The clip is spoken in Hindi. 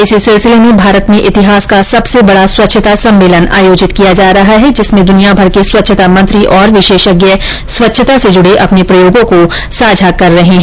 इसी सिलसिले में भारत में इतिहास का सबसे बड़ा स्वच्छता सम्मेलन आयोजित किया जा रहा है जिसमें दुनिया भर के स्वच्छता मंत्री और विशेषज्ञ स्वच्छता से जुड़े अपने प्रयोगों को साझा कर रहे है